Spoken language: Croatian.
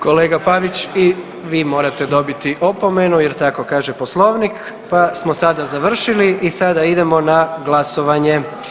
Kolega Pavić i vi morate dobiti opomenu jer tako kaže Poslovnik pa smo sada završili i sada idemo na glasovanje.